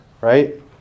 right